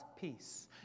peace